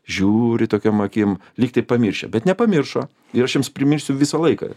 žiūri tokiom akim lyg tai pamiršę bet nepamiršo ir aš jums priminsiu visą laiką